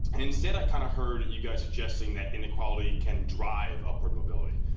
and instead, i kind of heard you guys suggesting that inequality can drive upward mobility.